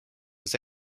was